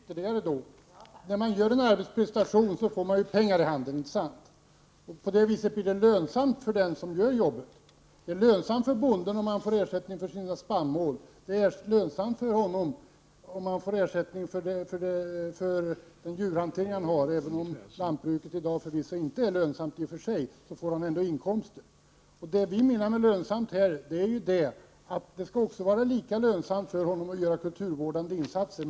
Herr talman! Jag får försöka förklara det ytterligare. När man gör en arbetsprestation får man pengar i handen, inte sant? På det viset blir det lönsamt för den som gör jobbet. Det är lönsamt för bonden om han får ersättning för sin spannmål. Det är lönsamt för honom om han får ersättning för sin djurhantering. Även om lantbruket i dag förvisso inte är lönsamt i och för sig, får han ändå inkomster. Det vi menar med lönsamt i detta fall är att det skall vara lika lönsamt för honom att göra kulturvårdande insatser.